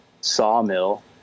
sawmill